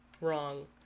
wrong